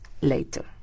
later